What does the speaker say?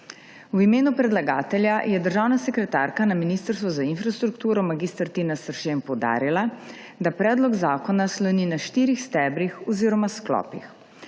V imenu predlagatelja je državna sekretarka Ministrstva za infrastrukturo mag. Tina Seršen poudarila, da predlog zakona sloni na štirih stebrih oziroma sklopih.